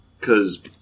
Cause